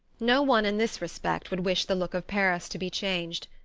no one, in this respect, would wish the look of paris to be changed.